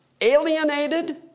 alienated